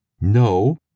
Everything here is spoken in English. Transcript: No